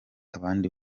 abandi